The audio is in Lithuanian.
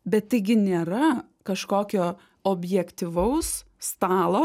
bet taigi nėra kažkokio objektyvaus stalo